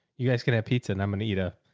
you guys can have pizza and i'm gonna eat a